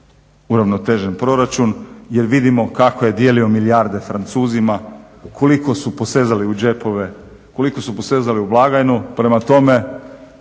uravnotežen proračun jer vidimo kako je dijelio milijarde Francuzima, koliko su posezali u džepove koliko su posezali u blagajnu prema tome